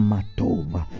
Matova